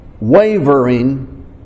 wavering